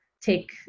take